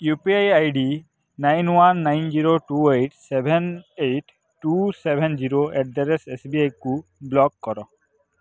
you P I ID nine one nine zero two eight seven eight two seven zero at the rate ଏସ୍ବିଆଇକୁ block କର